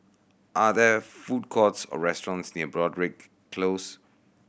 are there food courts or restaurants near Broadrick Close